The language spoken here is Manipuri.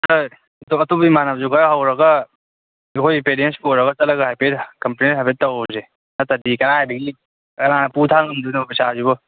ꯈꯔ ꯑꯇꯣꯞ ꯑꯇꯣꯞꯄ ꯏꯃꯥꯟꯅꯕꯁꯨ ꯈꯔ ꯍꯧꯔꯒ ꯑꯩꯈꯣꯏ ꯄꯦꯔꯦꯟꯁ ꯄꯨꯔꯒ ꯆꯠꯂꯒ ꯍꯥꯏꯐꯦꯠ ꯀꯝꯄ꯭ꯂꯦꯟ ꯍꯥꯏꯐꯦꯠ ꯇꯧꯔꯁꯦ ꯅꯠꯇ꯭ꯔꯗꯤ ꯀꯔꯥꯏꯗꯒꯤ ꯀꯅꯥꯅ ꯄꯨ ꯊꯥꯡ ꯉꯝꯗꯣꯏꯅꯣ ꯄꯩꯁꯥꯁꯤꯕꯣ